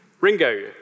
Ringo